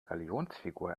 galionsfigur